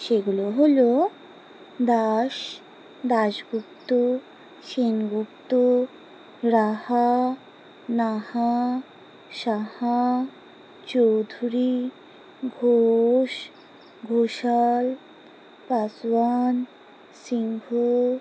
সেগুলো হলো দাস দাশগুপ্ত সেনগুপ্ত রাহা নাহা সাহা চৌধুরী ঘোষ ঘোষাল পাসোয়ান সিংহ